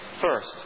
First